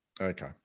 Okay